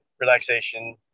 relaxation